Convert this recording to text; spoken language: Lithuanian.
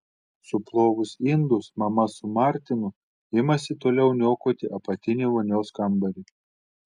suplovus indus mama su martinu imasi toliau niokoti apatinį vonios kambarį